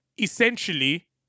Essentially